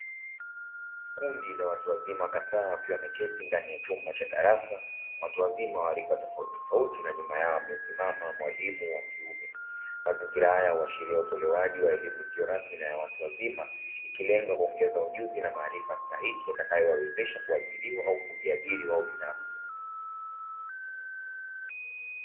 Kundi la watu wazima kadhaa wakiwa wameketi ndani ya chumba cha darasa, watu wazima wa rika tofautitofauti na nyuma yao amesimama mwalimu wa kiume. Mazingira haya huashiria utolewaji wa elimu isiyo rasmi na ya watu wazima, ikilenga kuongeza ujuzi na maarifa stahiki yatakayowawezesha kuajiriwa au kujiajiri wao binafsi.